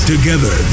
Together